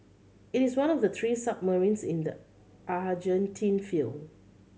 it is one of the three submarines in the Argentine feel